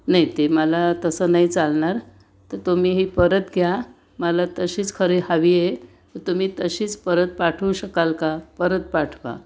नाही ते मला तसं नाही चालणार तर तुम्ही ही परत घ्या मला तशीच खरी हवी आहे तुम्ही तशीच परत पाठवू शकाल का परत पाठवा